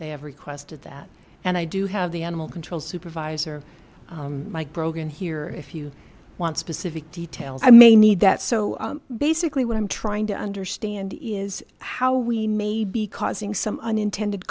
they have requested that and i do have the animal control supervisor mike brogan here if you want specific details i may need that so basically what i'm trying to understand is how we may be causing some unintended